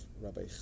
Rabbi